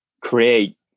create